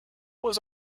was